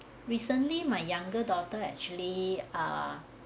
recently my younger daughter actually ah